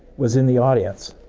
was in the audience.